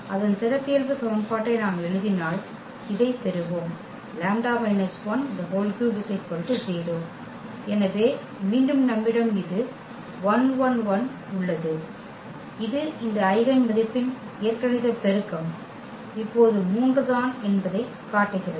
அதன் சிறப்பியல்பு சமன்பாட்டை நாம் எழுதினால் இதைப் பெறுவோம் λ − 13 0 எனவே மீண்டும் நம்மிடம் இது உள்ளது இது இந்த ஐகென் மதிப்பின் இயற்கணித பெருக்கம் இப்போது 3 தான் என்பதைக் காட்டுகிறது